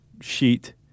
sheet